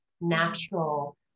natural